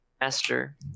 Master